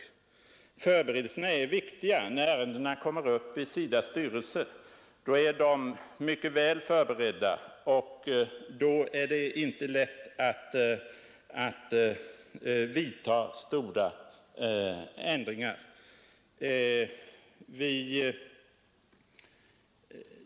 Förberedelserna är viktiga. När ärendena kommer upp i SIDA:s styrelse är det i ett långt framskridet stadium och då är det inte lätt att vidtaga stora ändringar.